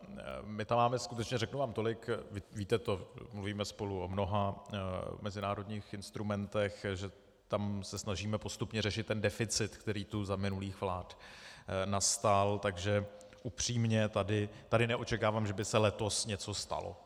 My tam máme skutečně řeknu vám tolik, víte to, mluvíme spolu o mnoha mezinárodních instrumentech, že se tam snažíme postupně řešit ten deficit, který tu za minulých vlád nastal, takže upřímně, tady neočekávám, že by se letos něco stalo.